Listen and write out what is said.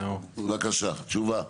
בבקשה, תשובה.